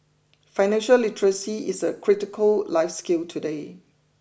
financial literacy is a critical life skill today